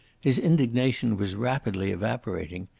his indignation was rapidly evaporating.